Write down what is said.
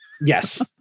Yes